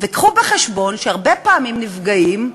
וקחו בחשבון שהרבה פעמים הנפגעים,